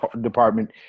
department